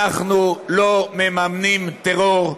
אנחנו לא מממנים טרור,